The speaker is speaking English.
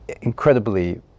incredibly